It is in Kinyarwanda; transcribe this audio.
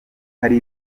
hari